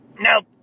Nope